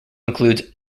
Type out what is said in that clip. includes